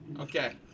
Okay